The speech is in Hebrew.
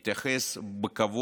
הוא התייחס בכבוד